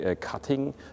cutting